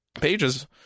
pages